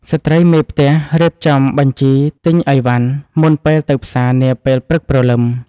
ស្ត្រីមេផ្ទះរៀបចំបញ្ជីទិញអីវ៉ាន់ មុនពេលទៅផ្សារនាពេលព្រឹកព្រលឹម។